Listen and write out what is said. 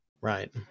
Right